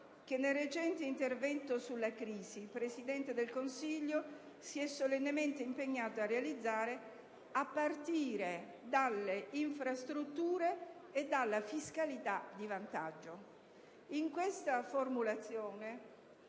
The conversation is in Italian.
che, nel recente intervento sulla crisi, il Presidente del Consiglio si è solennemente impegnato a realizzare, a partire dalle infrastrutture e dalla fiscalità di vantaggio;». **(6-00041)